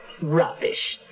Rubbish